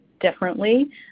differently